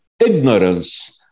ignorance